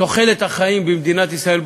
תוחלת החיים במדינת ישראל,